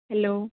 hello